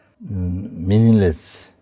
meaningless